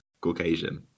Caucasian